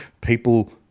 people